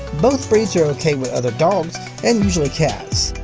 both breeds are ok with other dogs and usually cats,